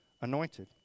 anointed